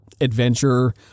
adventure